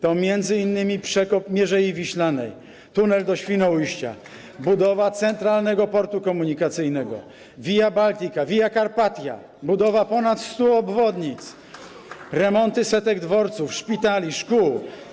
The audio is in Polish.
To m.in. przekop Mierzei Wiślanej, tunel do Świnoujścia, budowa Centralnego Portu Komunikacyjnego, Via Baltica, Via Carpatia, budowa ponad stu obwodnic, remonty setek dworców, szpitali, szkół.